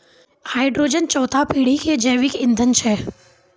hydrogen चौथा पीढ़ी के जैविक ईंधन छै